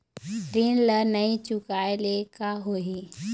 ऋण ला नई चुकाए ले का होही?